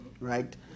right